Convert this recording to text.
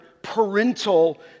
parental